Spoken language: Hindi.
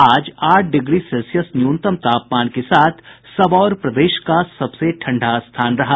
आज आठ डिग्री सेल्सियस न्यूनतम तापमान के साथ सबौर प्रदेश का सबसे ठंडा स्थान रहा